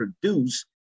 produce